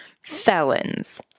Felons